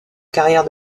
carrière